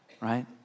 right